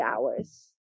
hours